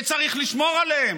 וצריך לשמור עליהם.